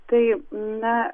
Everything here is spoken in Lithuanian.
tai na